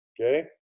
okay